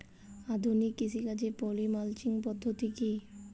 আধুনিক কৃষিকাজে poly mulching পদ্ধতি কি?